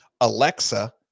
Alexa